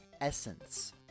essence